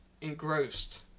engrossed